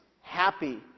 Happy